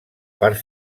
part